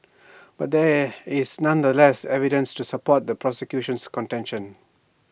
but there is nonetheless evidence to support the prosecution's contention